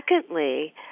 Secondly